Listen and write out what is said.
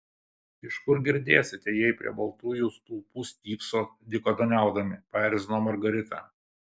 iš kur girdėsite jei prie baltųjų stulpų stypsot dykaduoniaudami paerzino margarita